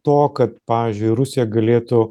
to kad pavyzdžiui rusija galėtų